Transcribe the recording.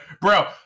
Bro